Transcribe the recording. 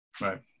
Right